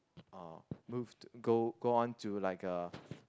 uh moved go go on to like uh